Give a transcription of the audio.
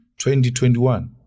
2021